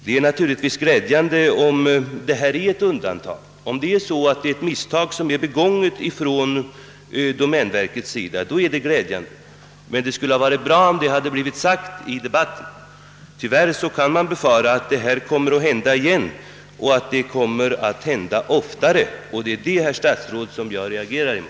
Det är naturligtvis glädjande om detta fall utgör ett undantag och att det alltså är ett misstag som blivit begånget från domänverkets sida. Men det hade i så fall varit bra om detta blivit sagt i debatten. Tyvärr kan man befara att liknande saker kommer att hända igen och att det kommer att hända oftare. Det är detta, herr statsråd, jag reagerar mot.